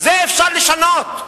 את זה אפשר לשנות.